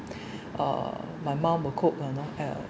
uh my mom will cook you know uh